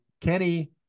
Kenny